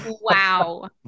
Wow